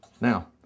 Now